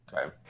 Okay